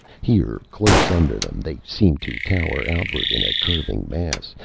here close under them, they seemed to tower outward in a curving mass,